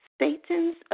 Satan's